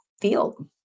field